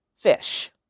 fish